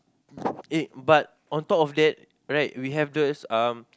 eh but on top of that right we have those um